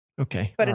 Okay